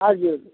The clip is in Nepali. हजुर